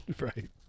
Right